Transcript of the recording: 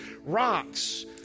rocks